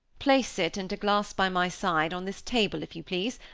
place it, and a glass by my side, on this table, if you please.